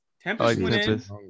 Tempest